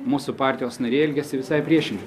mūsų partijos nariai elgiasi visai priešingai